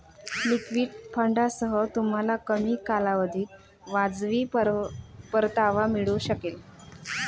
liquid फंडांसह, तुम्हाला कमी कालावधीत वाजवी परतावा मिळू शकेल